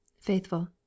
Faithful